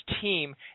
team